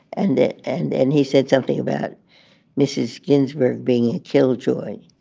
and it and and he said something about mrs. ginsburg being a killjoy